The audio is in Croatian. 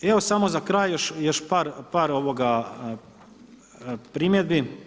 Evo samo za kraj još par primjedbi.